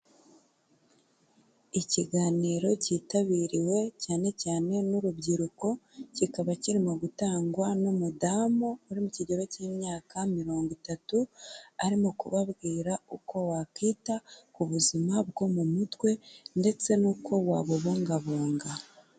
Ikiganiro cyitabiriwe cyane cyane n'urubyiruko, kikaba kirimo gutangwa n'umudamu uri mu kigero cy'imyaka mirongo itatu, arimo kubabwira uko wakita ku buzima bwo mu mutwe ndetse n'uko wabubungabunga.